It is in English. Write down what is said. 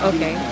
Okay